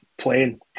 Playing